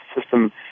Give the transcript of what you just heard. system